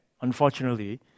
unfortunately